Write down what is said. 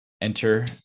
enter